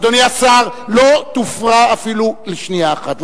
אדוני השר, לא תופרע אפילו לשנייה אחת.